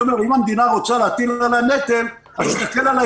אם המדינה רוצה להטיל עליי נטל אז שתקל עליי